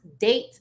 date